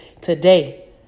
today